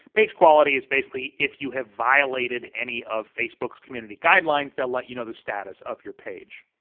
page quality is basically if you have violated any of facebook's community guidelines, they'll let you know the status of your page.